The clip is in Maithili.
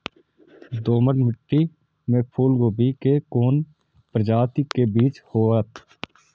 दोमट मिट्टी में फूल गोभी के कोन प्रजाति के बीज होयत?